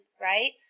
right